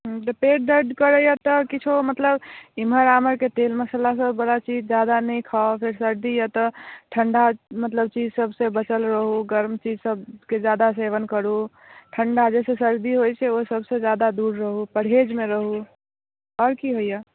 हुँ तऽ पेट दर्द करैए तऽ किछौ मतलब एमहर आमहरके तेल मसल्ला सबबला चीज जादा नहि खाउ फेर सर्दी एतऽ ठण्डा मतलब चीज सब से बचल रहु गर्म चीज सबके जादा सेवन करू ठण्डा जाहि सऽ सर्दी होइ छै ओहि सब से जादा दूर रहु परहेजमे रहु आओर की होइए